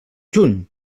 juny